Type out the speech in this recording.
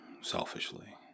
selfishly